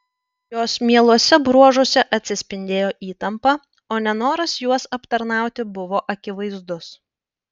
jos mieluose bruožuose atsispindėjo įtampa o nenoras juos aptarnauti buvo akivaizdus